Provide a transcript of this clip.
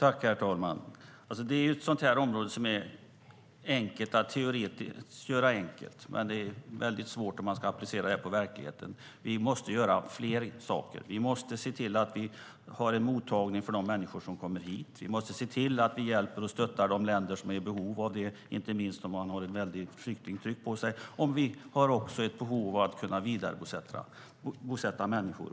Herr talman! Det här ett område som det är lätt att göra enkelt i teorin, men i det är svårt att applicera detta på verkligheten. Vi måste göra flera saker. Vi måste ha en mottagning för de människor som kommer hit. Vi måste hjälpa och stötta de länder som är i behov av det, inte minst de som har ett väldigt flyktingtryck på sig. Vi har också ett behov av att kunna vidarebosätta människor.